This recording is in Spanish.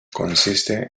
consiste